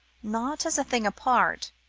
not as a thing apart,